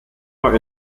war